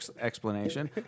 explanation